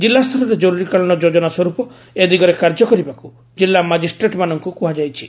ଜିଲ୍ଲାସ୍ତରରେ ଜରୁରୀକାଳୀନ ଯୋଜନା ସ୍ୱର୍ପ ଏ ଦିଗରେ କାର୍ଯ୍ୟ କରିବାକୁ ଜିଲ୍ଲା ମାଜିଷ୍ଟ୍ରେଟ୍ମାନଙ୍କୁ କୁହାଯାଇଛି